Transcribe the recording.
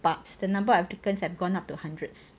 but the number of applicants have gone up to hundreds